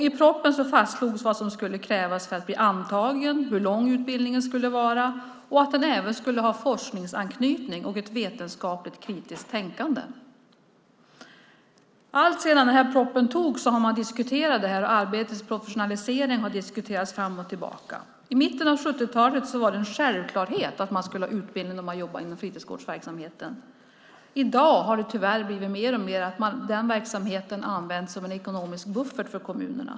I propositionen fastslogs vad som skulle krävas för att bli antagen, hur lång utbildningen skulle vara och att den även skulle ha forskningsanknytning och ett vetenskapligt kritiskt tänkande. Alltsedan propositionen antogs har man diskuterat detta, och arbetets professionalisering har diskuterats fram och tillbaka. I mitten av 70-talet var det en självklarhet att man skulle ha utbildning om man jobbar inom fritidsgårdsverksamheten. I dag har det tyvärr blivit mer och mer så att verksamheten används som en ekonomisk buffert för kommunerna.